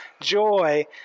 joy